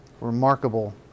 remarkable